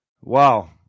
wow